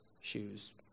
shoes